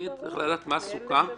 אני צריך לדעת מה סוכם,